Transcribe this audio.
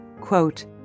quote